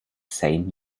same